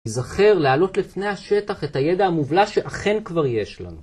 זכר לעלות לפני השטח את הידע המובלע שאכן כבר יש לנו